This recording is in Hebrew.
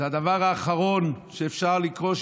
זה הדבר האחרון שאפשר לקרוא לה,